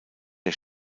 der